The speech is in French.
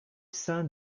sein